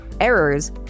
errors